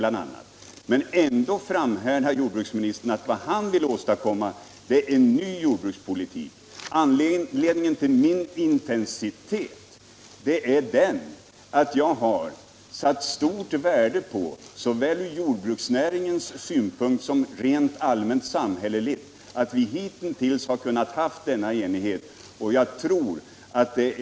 Men jordbruksministern framhärdar i att vad han vill åstadkomma är en ny jordbrukspolitik med ny inriktning. Anledningen till min intensitet är att jag har satt stort värde på såväl från jordbruksnäringens synpunkt som rent allmänsamhälleligt att vi hitintills kunnat ha denna enighet om inriktningen.